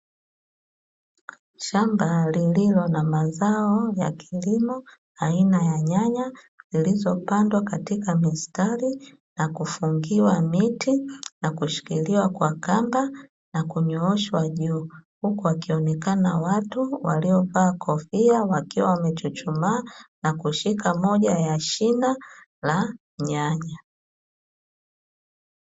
Shamba lililo na mazao ya kilimo aina ya nyanya zilizo pandwa katika mistari na kufungiwa miti na kushikiliwa kwa kamba na kunyoosha juu. Huku wakionekana watu waliovaa kofia wakiwa wamechuchumaa na kushika moja ya shina la nyanya.